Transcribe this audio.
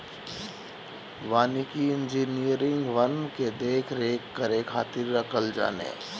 वानिकी इंजिनियर वन के देख रेख करे खातिर रखल जाने